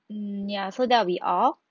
mm ya so that'll be all